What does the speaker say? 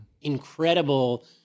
incredible